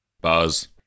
Buzz